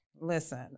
Listen